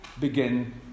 begin